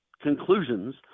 conclusions